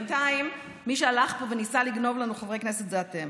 בינתיים מי שהלך פה וניסה לגנוב לנו חברי כנסת זה אתם.